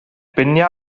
biniau